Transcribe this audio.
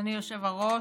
אדוני היושב-ראש,